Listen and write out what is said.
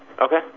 Okay